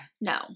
No